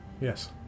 Yes